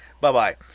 Bye-bye